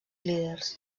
líders